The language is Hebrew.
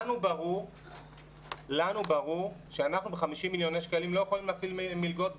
לנו ברור שאנחנו ב-50 מיליון שקלים לא יכולים להפעיל מלגות,